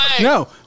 no